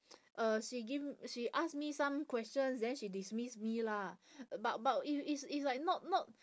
uh she give she ask me some questions then she dismiss me lah but but it's it's it's like not not